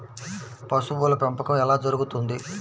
పశువుల పెంపకం ఎలా జరుగుతుంది?